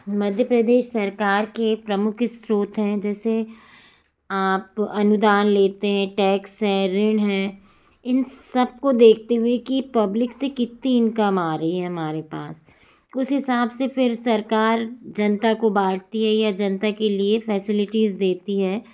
मध्य प्रदेश सरकार के प्रमुख स्त्रोत जैसे आप अनुदान लेते हैं टैक्स है ऋण है इन सबको देखते हुए कि पब्लिक से कितनी इनकम आ रही है हमारे पास उस हिसाब से फिर सरकार जनता को बाँटती है या जनता के लिए फैसिलिटीज़ देती है